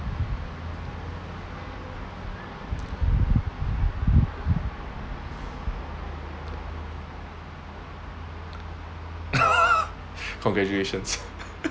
congratulations